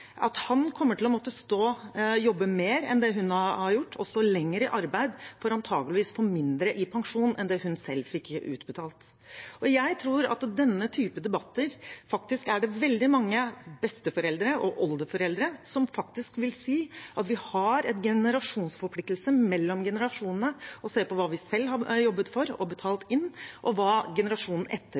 kommer til å måtte jobbe mer enn det hun har gjort, og stå lenger i arbeid for antageligvis å få mindre i pensjon enn det hun selv fikk utbetalt. Jeg tror at i denne typen debatter er det veldig mange besteforeldre og oldeforeldre som faktisk vil si at vi har en generasjonsforpliktelse mellom generasjonene til å se på hva vi selv har jobbet for og betalt inn, og hva generasjonen etter